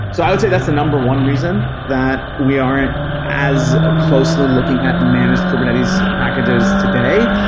so i would say that's the number one reason, that we aren't as ah closely looking at managed kubernetes packages today,